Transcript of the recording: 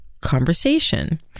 conversation